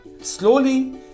Slowly